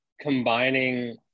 combining